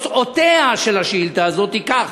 ותוצאותיה של השאילתה הזאת הן כך: